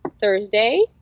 Thursday